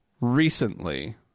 recently